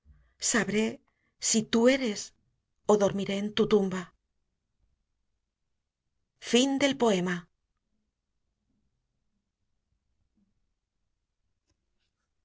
sabré si tú eres ó dormiré en tu tumba salmo ii